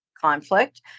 conflict